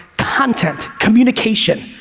content, communication,